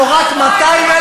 ישים את הכסף הזה,